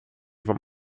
vom